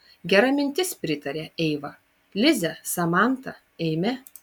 gera mintis pritarė eiva lize samanta eime